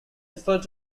referred